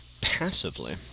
passively